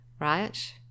right